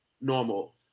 normal